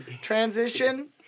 transition